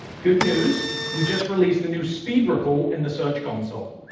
good news, we just released a new speed report in the search console,